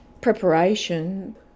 Preparation